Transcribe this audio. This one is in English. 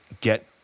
get